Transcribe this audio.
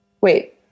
wait